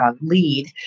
lead